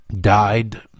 died